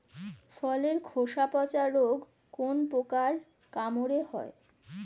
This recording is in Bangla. ফলের খোসা পচা রোগ কোন পোকার কামড়ে হয়?